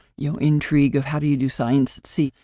you know, intrigue of how do you do science? see,